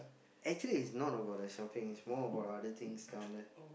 actually is not about the shopping is more about other things down there